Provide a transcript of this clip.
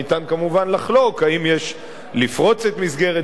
ניתן כמובן לחלוק אם יש לפרוץ את מסגרת